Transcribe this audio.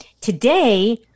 Today